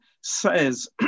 says